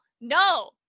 No